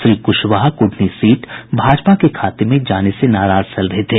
Shri Kushwaha Kudhni seat Bhajpa के खाते में जाने से नाराज चल रहे हैं